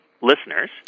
Listeners